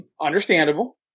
Understandable